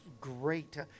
great